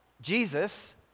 Jesus